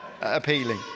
appealing